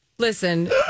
Listen